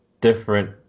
different